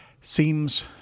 seems